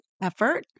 effort